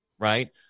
Right